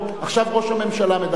עכשיו ראש הממשלה מדבר.